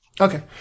Okay